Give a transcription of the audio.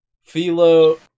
philo